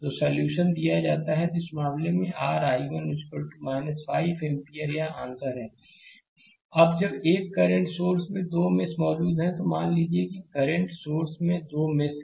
तो यह सॉल्यूशन दिया जाता है तो इस मामले में r I1 5 एम्पीयरampere यह आंसर है स्लाइड समय देखें 2008 अब जब एक करंट सोर्स में 2 मेश मौजूद हैं तो मान लीजिए कि करंट सोर्स में 2 मेश हैं